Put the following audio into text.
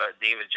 David